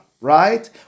right